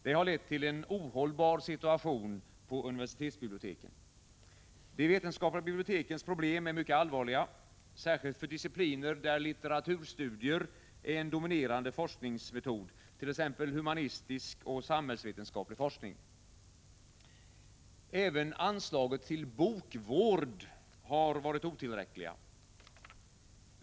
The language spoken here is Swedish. Det har lett till en ohållbar situation på universitetsbiblioteken. De vetenskapliga bibliotekens problem är mycket allvarliga — särskilt för discipliner där litteraturstudier är en dominerande forskningsmetod, t.ex. humanistisk och samhällsvetenskaplig forskning. Även anslagen till bokvård har varit otillräckliga.